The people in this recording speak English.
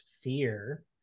fear